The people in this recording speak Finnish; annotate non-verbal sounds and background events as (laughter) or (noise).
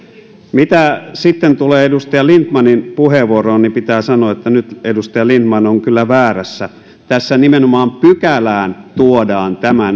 mitä sitten tulee edustaja lindtmanin puheenvuoroon niin pitää sanoa että nyt edustaja lindtman on kyllä väärässä tässä nimenomaan pykälään tuodaan tämä (unintelligible)